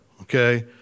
okay